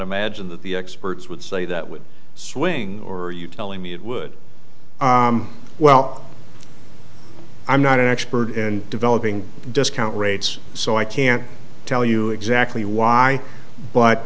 imagine that the experts would say that would swing or are you telling me it would well i'm not an expert in developing discount rates so i can't tell you exactly why but